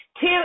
Two